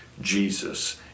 Jesus